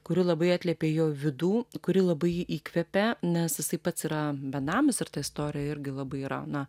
kuri labai atliepė jo vidų kuri labai jį įkvėpė nes jisai pats yra benamis ir ta istorija irgi labai yra na